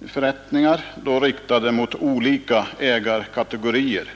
om förrättningar, riktade mot olika ägarkategorier.